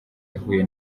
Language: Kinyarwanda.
yahuye